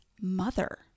mother